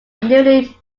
newly